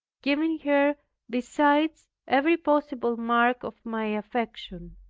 giving her besides every possible mark of my affection.